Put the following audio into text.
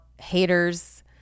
haters